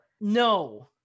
No